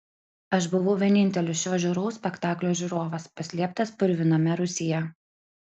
aš buvau vienintelis šio žiauraus spektaklio žiūrovas paslėptas purviname rūsyje